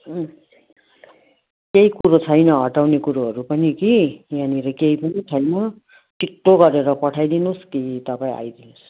केही कुरो छैन हटाउने कुरोहरू पनि कि यहाँनिर केही पनि छैन छिट्टो गरेर पठाइदिनुहोस् कि तपाईँ आइदिनुहोस्